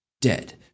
dead